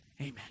Amen